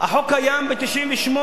החוק קיים מ-1998.